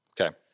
Okay